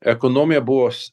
ekonomija buvo